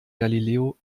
galileo